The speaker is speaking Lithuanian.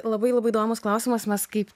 labai labai įdomus klausimas mes kaip